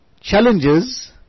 challenges